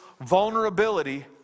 vulnerability